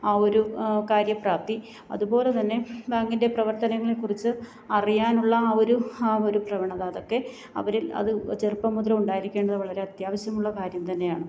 ആ ഒരു കാര്യപ്രാപ്തി അതുപോലെ തന്നെ ബാങ്കിന്റെ പ്രവർത്തനങ്ങളെക്കുറിച്ച് അറിയാനുള്ള ആ ഒരു ആ ഒരു പ്രവണത അതൊക്കെ അവരിൽ അത് ചെറുപ്പം മുതലേ ഉണ്ടായിരിക്കേണ്ടത് വളരെ അത്യാവശ്യമുള്ള കാര്യം തന്നെയാണ്